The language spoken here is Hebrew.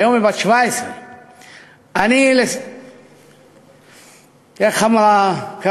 היום היא בת 17. איך אמרה קארין?